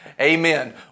Amen